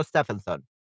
Stephenson